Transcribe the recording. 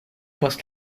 post